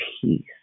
peace